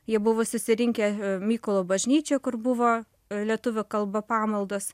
jie buvo susirinkę mykolo bažnyčioj kur buvo lietuvių kalba pamaldos